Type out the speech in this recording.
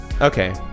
Okay